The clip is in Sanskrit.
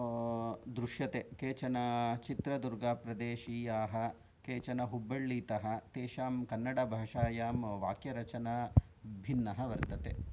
दृश्यते केचन चित्रदुर्गा प्रदेशीयाः केचन हुब्बल्लीतः तेषां कन्नडभाषायां वाक्यरचना भिन्नः वर्तते